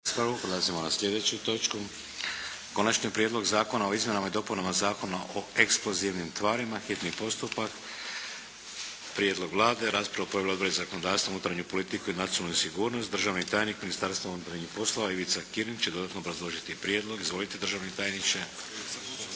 Prelazimo na sljedeću točku - Konačni prijedlog zakona o izmjenama i dopunama Zakona o eksplozivnim tvarima, hitni postupak – prvo i drugo čitanje, P.Z. br. 790 Prijedlog Vlade. Raspravu su proveli Odbor za zakonodavstvo, unutarnju politiku i nacionalnu sigurnost. Državni tajnik Ministarstva unutarnjih poslova Ivica Kirin će dodatno obrazložiti prijedlog. Izvolite državni tajniče!